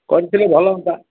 କରିଥିଲେ ଭଲ ହଅନ୍ତା